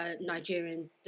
Nigerian